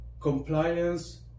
compliance